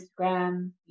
instagram